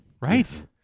Right